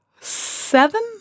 seven